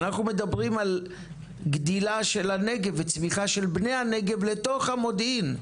אנחנו מדברים על גדילה של הנגב וצמיחה של בני הנגב לתוך המודיעין.